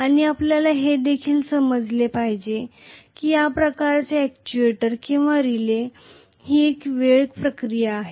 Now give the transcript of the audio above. आणि आपल्याला हे देखील समजले पाहिजे की या प्रकारचे अॅक्ट्युएटर किंवा रिले ही एक वेळ प्रक्रिया आहे